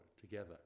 together